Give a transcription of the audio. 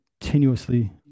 continuously